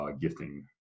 gifting